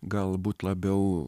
galbūt labiau